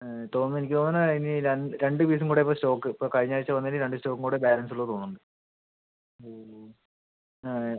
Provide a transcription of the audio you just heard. തോന്നുന്ന് എനിക്ക് തോന്നണ ഇനി രണ്ട് രണ്ട് പീസും കൂടെ ഇപ്പം സ്റ്റോക്ക് ഇപ്പം കഴിഞ്ഞ ആഴ്ച വന്നേല് രണ്ട് സ്റ്റോക്കും കൂടെ ബാലൻസ് ഉള്ളു തോന്നുണ്ട് ഓ ഓ ആ